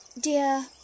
Dear